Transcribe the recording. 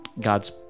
God's